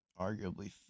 Arguably